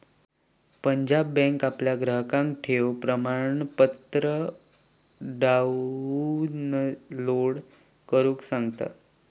Punjab bank आपल्या ग्राहकांका ठेव प्रमाणपत्र डाउनलोड करुक सांगता